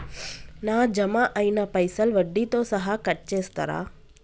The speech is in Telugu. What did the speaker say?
నా జమ అయినా పైసల్ వడ్డీతో సహా కట్ చేస్తరా?